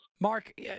Mark